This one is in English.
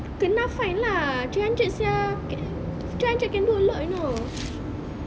kena fine lah three hundred sia three hundred can do a lot you know